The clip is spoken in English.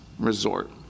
resort